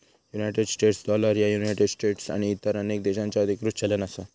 United States dollar ह्या United States आणि इतर अनेक देशांचो अधिकृत चलन असा